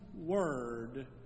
word